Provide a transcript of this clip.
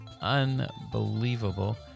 unbelievable